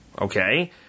Okay